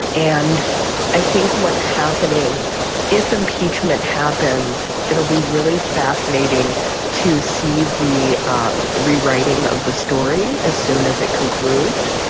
and i think what's happening if impeachment happens it'll be really fascinating to see the um rewriting of the story as soon as it concludes.